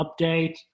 update